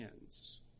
hands